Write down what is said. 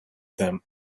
them